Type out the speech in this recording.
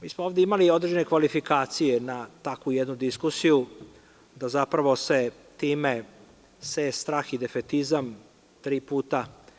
Mi smo imali određene kvalifikacije na takvu jednu diskusiju da se zapravo time seje strah i defetizam tri puta.